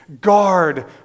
guard